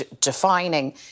defining